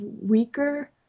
weaker